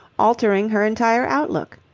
altering her entire outlook.